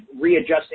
readjusting